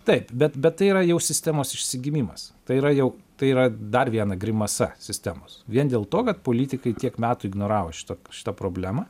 taip bet bet tai yra jau sistemos išsigimimas tai yra jau tai yra dar viena grimasa sistemos vien dėl to kad politikai tiek metų ignoravo šitą šitą problemą